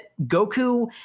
Goku